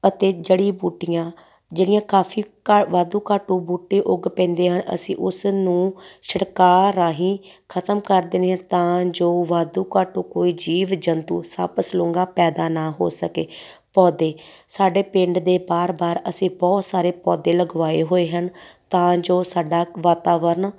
ਅਤੇ ਜੜੀ ਬੂਟੀਆਂ ਜਿਹੜੀਆਂ ਕਾਫੀ ਘਾ ਵਾਧੂ ਘਾਟੂ ਬੂਟੇ ਉੱਗ ਪੈਂਦੇ ਹਨ ਅਸੀਂ ਉਸ ਨੂੰ ਛਿੜਕਾ ਰਾਹੀਂ ਖ਼ਤਮ ਕਰ ਦਿੰਦੇ ਹਾਂ ਤਾਂ ਜੋ ਵਾਧੂ ਘਾਟੂ ਕੋਈ ਜੀਵ ਜੰਤੂ ਸੱਪ ਸਲੂੰਗਾ ਪੈਦਾ ਨਾ ਹੋ ਸਕੇ ਪੌਦੇ ਸਾਡੇ ਪਿੰਡ ਦੇ ਬਾਹਰ ਬਾਹਰ ਅਸੀਂ ਬਹੁਤ ਸਾਰੇ ਪੌਦੇ ਲਗਵਾਏ ਹੋਏ ਹਨ ਤਾਂ ਜੋ ਸਾਡਾ ਵਾਤਾਵਰਨ